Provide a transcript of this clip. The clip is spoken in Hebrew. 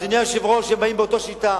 אדוני היושב-ראש, הם באים באותה שיטה.